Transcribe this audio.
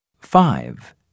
Five